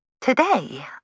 Today